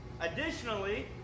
Additionally